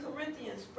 Corinthians